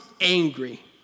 angry